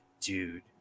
dude